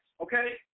okay